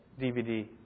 DVD